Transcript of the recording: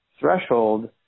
threshold